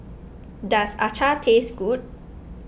does Acar taste good